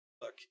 Look